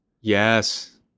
Yes